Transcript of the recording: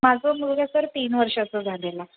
माझं मुलगा सर तीन वर्षाचा झालेला